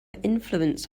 influence